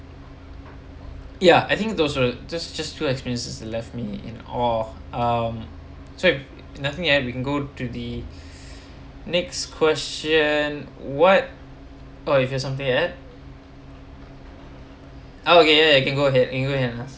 ya I think those are just just two experience left me in awe um so nothing and we go to the next question what uh if you are something that oh okay you can go ahead you go ahead and ask